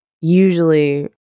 usually